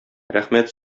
рәхмәт